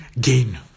gain